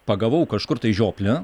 pagavau kažkur tai žioplę